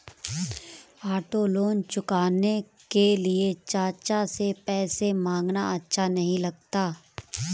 auto loan चुकाने के लिए चाचा से पैसे मांगना अच्छा नही लगता